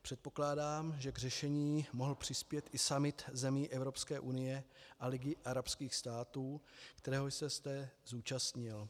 Předpokládám, že k řešení mohl přispět i summit zemí Evropské unie a Ligy arabských států, kterého jste se zúčastnil.